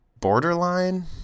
borderline